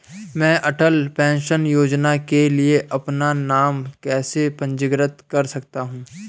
मैं अटल पेंशन योजना के लिए अपना नाम कैसे पंजीकृत कर सकता हूं?